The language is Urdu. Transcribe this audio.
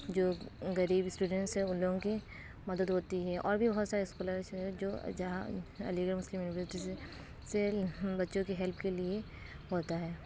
جو غریب اسٹوڈینٹس ہیں ان لوگوں کی مدد ہوتی ہے اور بھی بہت سارے ہیں جو جہاں علی گڑھ مسلم یونیورسٹی سے سیل بچوں کی ہیلپ کے لیے ہوتا ہے